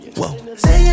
whoa